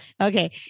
Okay